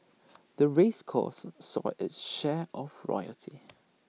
the race course saw of its share of royalty